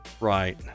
right